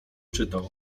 czytał